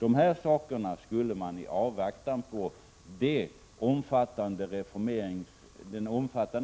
Dessa saker borde man kunna åtgärda i avvaktan på den omfattande